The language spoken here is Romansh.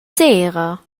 sera